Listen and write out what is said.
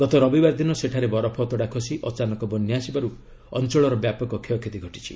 ଗତ ରବିବାର ଦିନ ସେଠାରେ ବରଫ ଅତଡ଼ା ଖସି ଅଚାନକ୍ ବନ୍ୟା ଆସିବାରୁ ଅଞ୍ଚଳର ବ୍ୟାପକ କ୍ଷୟକ୍ଷତି ଘଟିଛି